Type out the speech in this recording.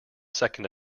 second